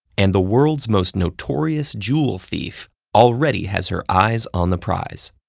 and the world's most notorious jewel thief already has her eyes on the prize.